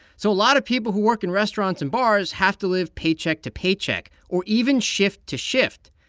so a lot of people who work in restaurants and bars have to live paycheck to paycheck or even shift to shift.